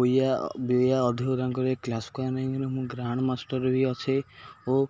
ବୋୟା ଅଧିକ ତାଙ୍କରେ କ୍ଲାସ୍ ମୁଁ ଗ୍ରାଣ୍ଡ ମାଷ୍ଟର୍ ବି ଅଛେ ଓ